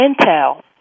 intel